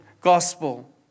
gospel